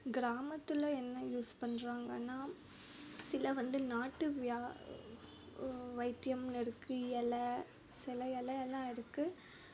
கிராமத்தில் என்ன யூஸ் பண்ணுறாங்கனா சில வந்து நாட்டு வைத்தியம்னு இருக்கு எலை சில எலையெல்லாம் இருக்கு